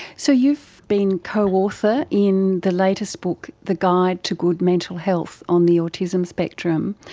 so you've been co-author in the latest book, the guide to good mental health on the autism spectrum.